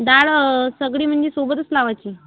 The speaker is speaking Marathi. डाळ सगळी म्हणजे सोबतच लावायची